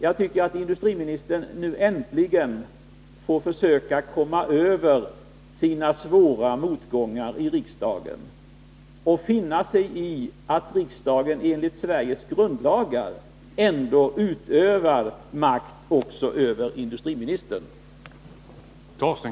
Jag tycker att industriministern nu äntligen får försöka komma över sina svåra motgångar i riksdagen och finna sig i att riksdagen enligt Sveriges grundlagar ändå utövar makt också över industriministern.